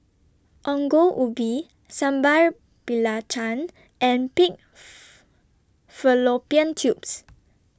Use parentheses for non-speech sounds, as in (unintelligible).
Ongol Ubi Sambal Belacan and Pig (unintelligible) Fallopian Tubes